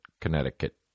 Connecticut